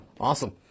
Awesome